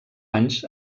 anys